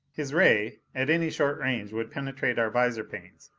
his ray at any short range would penetrate our visor panes,